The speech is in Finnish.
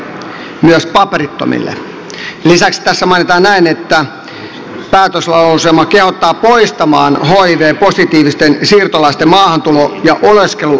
lisäksi tässä mainitaan näin että päätöslauselma kehottaa poistamaan hiv positiivisten siirtolaisten maahantulo ja oleskelurajoitukset